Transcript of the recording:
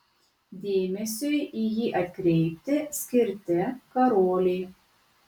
dėmesiui į jį atkreipti skirti karoliai